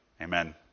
Amen